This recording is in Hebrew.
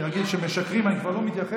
אני רגיל שמשקרים, אני כבר לא מתייחס.